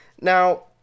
now